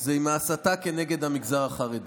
זה עם הסתה נגד המגזר החרדי.